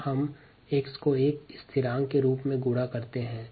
xv को स्थिरांक 𝑘𝑑 के साथ गुणा करते हैं